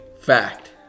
Fact